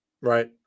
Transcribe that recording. right